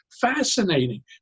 Fascinating